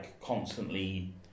constantly